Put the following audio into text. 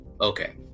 Okay